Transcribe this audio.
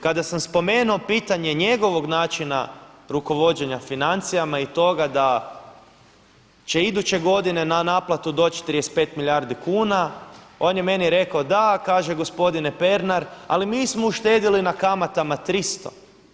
Kada sam spomenuo pitanje njegovog načina rukovođenja financijama i toga da će iduće godine na naplatu doći 35 milijardi kuna, on je meni rekao, da kaže, gospodine Pernar ali mi smo uštedili na kamatama 300.